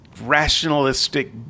rationalistic